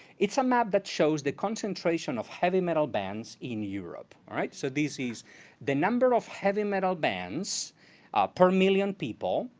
it's a map that shows the concentration of heavy metal bands in europe. all right, so this is the number of heavy metal bands per million people,